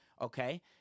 Okay